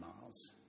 miles